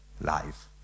life